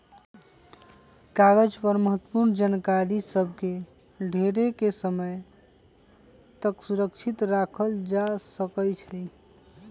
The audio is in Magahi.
कागज पर महत्वपूर्ण जानकारि सभ के ढेरेके समय तक सुरक्षित राखल जा सकै छइ